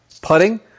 putting